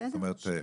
זאת אומרת,